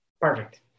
perfect